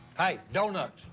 hey, donuts.